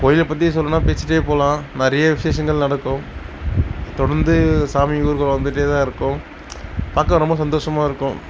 கோயிலை பற்றி சொல்லணுனா பேசிகிட்டே போகலாம் நிறைய விசேஷங்கள் நடக்கும் தொடர்ந்து சாமி ஊர்வலம் வந்துகிட்டேதான் இருக்கும் பார்க்க ரொம்ப சந்தோஷமாகருக்கும்